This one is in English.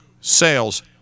sales